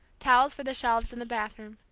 towels for the shelves in the bathroom.